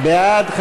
בעד,